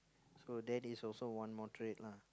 so that is also one more trait lah